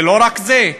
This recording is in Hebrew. ולא רק זה.